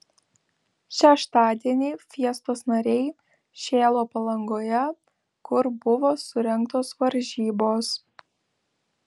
šeštadienį fiestos nariai šėlo palangoje kur buvo surengtos varžybos